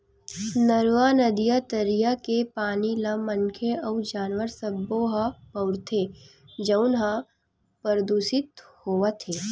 नरूवा, नदिया, तरिया के पानी ल मनखे अउ जानवर सब्बो ह बउरथे जउन ह परदूसित होवत हे